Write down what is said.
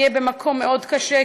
ואני אהיה במקום מאוד קשה,